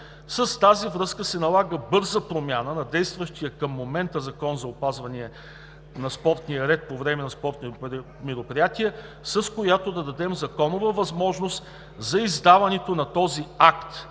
В тази връзка се налага бърза промяна на действащия към момента Закон за опазване на спортния ред по време на спортни мероприятия, с която да дадем законова възможност за издаването на този акт.